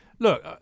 Look